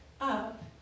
up